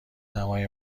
دمای